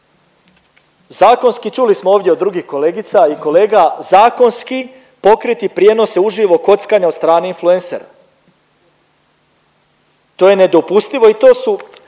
Zakonski, čuli smo ovdje od drugih kolegica i kolega, zakonski pokriti prijenose uživo kockanja od strane influencera, to je nedopustivo i to su,